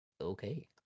Okay